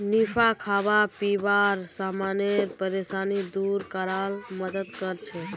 निफा खाबा पीबार समानेर परेशानी दूर करवार मदद करछेक